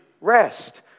rest